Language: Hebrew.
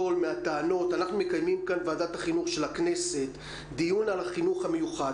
אנחנו מקיימים כאן בוועדת החינוך של הכנסת דיון על החינוך המיוחד.